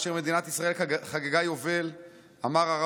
כאשר מדינת ישראל חגגה יובל,